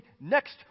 next